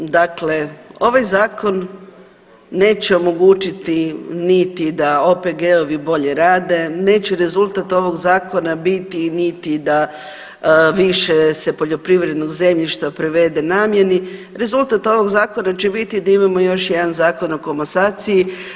Dakle, ovaj zakon neće omogućiti niti da OPG-ovi bolje rade, neće rezultat ovog zakona biti niti da više se poljoprivrednog zemljišta privede namjeni, rezultat ovog zakona će biti da imamo još jedan Zakon o komasaciji.